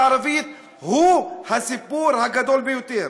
הערבית הוא הסיפור הגדול ביותר.